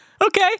Okay